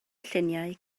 lluniau